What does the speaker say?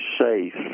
safe